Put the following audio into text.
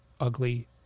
ugly